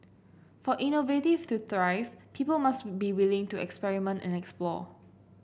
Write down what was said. for innovation to thrive people must be willing to experiment and explore